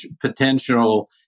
potential